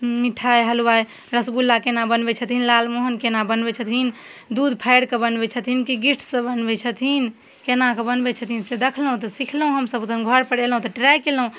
मिठाइ हलवाइ रसगुल्ला कोना बनबै छथिन लालमोहन कोना बनबै छथिन दूध फाड़िकऽ बनबै छथिन कि गिट्ससँ बनबै छथिन कोनाकऽ बनबै छथिन से देखलहुँ तऽ सिखलहुँ हमसभ तहन घरपर अएलहुँ तऽ ट्राइ कएलहुँ